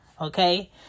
Okay